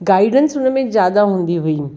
guidance हुन में ज़्यादा हूंदी हुई